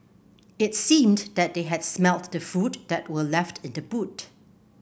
it seemed that they had smelt the food that were left in the boot